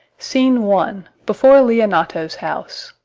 scene one. before leonato's house.